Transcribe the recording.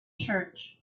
church